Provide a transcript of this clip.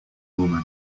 woman